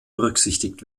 berücksichtigt